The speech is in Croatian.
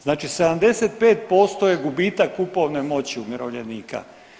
Znači 75% je gubitak kupovne moći umirovljenika.